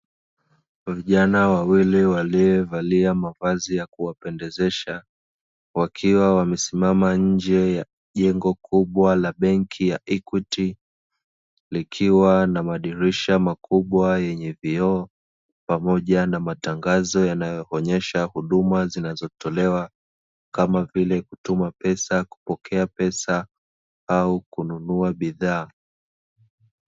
Vijana wawili waliyevalia mavazi ya kuwa pendezesha, wakiwa wamesimama nje ya jengo kubwa la banki ya "EQUITY", likiwa na madirisha makubwa yenye vioo. Pamoja na matangazo yanayo onyesha huduma zinazo tolewa kama vile kutuma pesa kupokea pesa au kununua bidhaa.